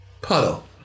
Puddle